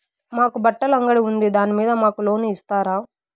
మాకు బట్టలు అంగడి ఉంది దాని మీద మాకు లోను ఇస్తారా